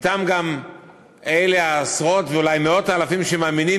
אתם גם אלה העשרות ואולי מאות אלפים שמאמינים